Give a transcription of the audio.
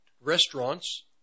restaurants